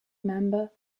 member